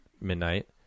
midnight